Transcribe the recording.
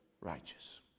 righteous